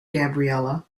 gabriela